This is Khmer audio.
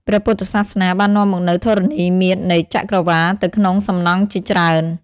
ព្រះពុទ្ធសាសនា បាននាំមកនូវធរណីមាត្រនៃ ចក្រវាឡទៅក្នុងសំណង់ជាច្រើន។